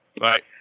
Right